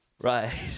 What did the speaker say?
Right